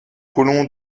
colon